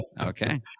Okay